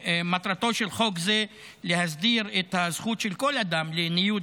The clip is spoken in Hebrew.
מטרתו של חוק זה להסדיר את הזכות של כל אדם לניוד